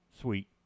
sweet